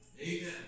Amen